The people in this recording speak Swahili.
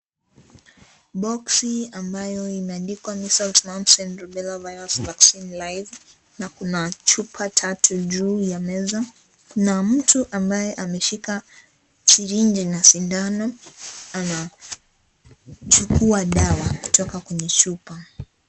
Boksi ambayo imeandikwa measles, mumps and rubella virus vaccine live , na kuna chupa tatu juu ya meza. Na mtu ambaye ameshika sirinji na sindano. Anachukua dawa kutoka kwenye chupa.